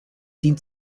dient